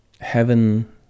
heaven